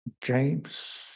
James